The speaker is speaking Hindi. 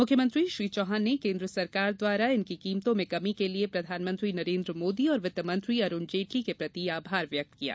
मुख्यमंत्री श्री चौहान ने केन्द्र सरकार द्वारा पेट्रोल डीजल की कीमतों में कमी के लिये प्रधानमंत्री नरेन्द्र मोदी और वित्त मंत्री अरूण जेटली के प्रति आभार व्यक्त किया है